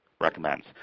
recommends